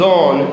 on